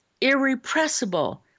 irrepressible